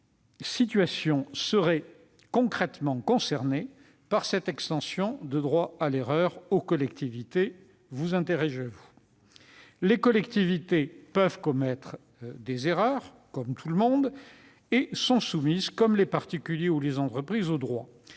quelles situations seraient concrètement concernées par cette extension du droit à l'erreur aux collectivités ». Les collectivités peuvent commettre des erreurs, comme tout le monde, et sont soumises, comme les particuliers ou les entreprises, au droit.